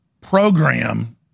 program